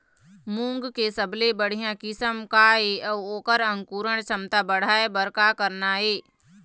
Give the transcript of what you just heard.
मूंग के सबले बढ़िया किस्म का ये अऊ ओकर अंकुरण क्षमता बढ़ाये बर का करना ये?